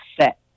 set